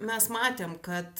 mes matėm kad